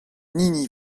hini